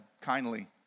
kindly